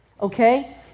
Okay